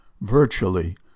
virtually